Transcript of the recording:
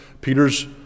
Peter's